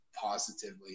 positively